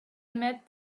met